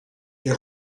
est